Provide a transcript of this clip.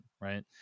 right